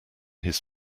his